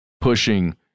pushing